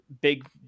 big